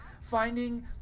finding